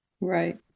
Right